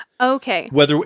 Okay